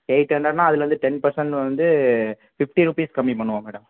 eight ஹண்ட்ரட்ன்னா அதிலேருந்து ten percent வந்து ஃபிப்டி ருபீஸ் கம்மி பண்ணுவோம் மேடம்